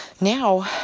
Now